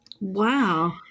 Wow